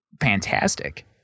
Fantastic